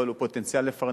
אבל הוא פוטנציאל לפרנס,